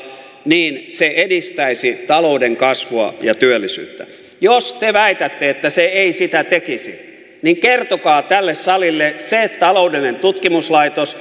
se edistäisi talouden kasvua ja työllisyyttä jos te väitätte että se ei sitä tekisi niin kertokaa tälle salille se taloudellinen tutkimuslaitos